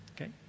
Okay